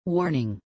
Warning